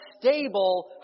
stable